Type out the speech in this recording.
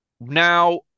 Now